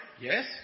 Yes